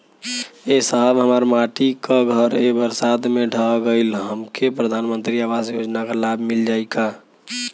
ए साहब हमार माटी क घर ए बरसात मे ढह गईल हमके प्रधानमंत्री आवास योजना क लाभ मिल जाई का?